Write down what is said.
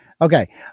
okay